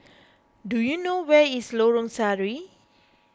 do you know where is Lorong Sari